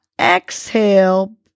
exhale